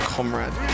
Comrade